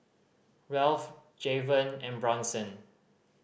Ralph Jayvon and Bronson